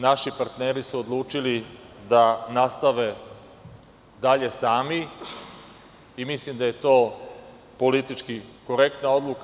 Naši partneri su odlučili da nastave dalje sami i mislim da je to politički korektna odluka.